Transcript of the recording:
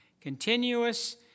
Continuous